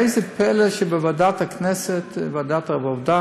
ואיזה פלא שבוועדת העבודה